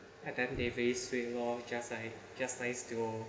and then they face with all just like just nice to